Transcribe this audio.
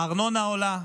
הארנונה עולה,